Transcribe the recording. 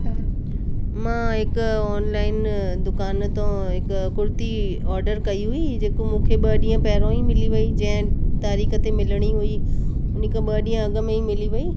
मां हिकु ऑनलाइन दुकान तां हिकु कुर्ती ऑडर कई हुई जेको मूंखे ॿ ॾींहुं पहिरियों ई मिली वई जंहिं तारीख़ ते मिलिणी हुई उन खां ॿ ॾींहुं अॻ में ई मिली वई